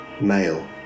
male